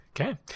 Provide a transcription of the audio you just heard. Okay